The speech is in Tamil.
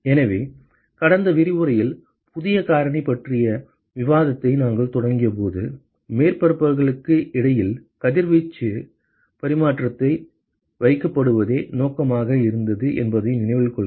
எனவே கடந்த விரிவுரையில் புதிய காரணி பற்றிய விவாதத்தை நாங்கள் தொடங்கியபோது மேற்பரப்புகளுக்கு இடையில் கதிர்வீச்சு பரிமாற்றத்தை வகைப்படுத்துவதே நோக்கமாக இருந்தது என்பதை நினைவில் கொள்க